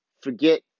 Forget